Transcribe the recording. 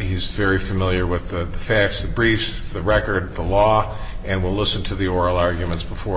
he's very familiar with the facts the briefs the record the law and will listen to the oral arguments before